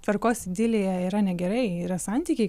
tvarkos idilėje yra negerai yra santykiai